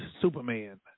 Superman